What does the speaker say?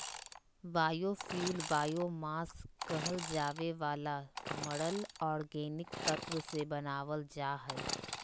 biofuel biomass कहल जावे वाला मरल ऑर्गेनिक तत्व से बनावल जा हइ